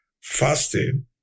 Fasting